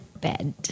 bed